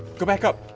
go back up.